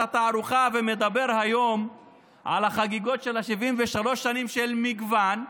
התערוכה ומדבר היום על החגיגות של 73 שנים של מגוון,